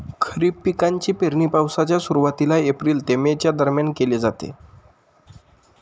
खरीप पिकांची पेरणी पावसाच्या सुरुवातीला एप्रिल ते मे च्या दरम्यान केली जाते